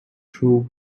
through